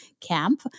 camp